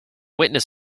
witness